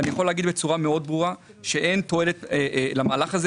אני יכול להגיד בצורה מאוד ברורה שאין תועלת למהלך הזה,